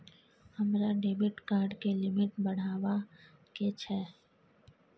हमरा debit card के limit बढावा के छै